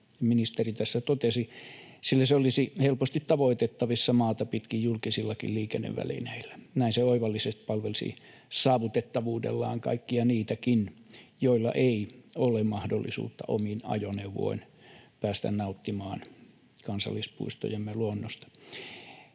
ministeri tässä totesi, sillä se olisi helposti tavoitettavissa maata pitkin julkisillakin liikennevälineillä. Näin se oivallisesti palvelisi saavutettavuudellaan kaikkia niitäkin, joilla ei ole mahdollisuutta omin ajoneuvoin päästä nauttimaan kansallispuistojemme luonnosta.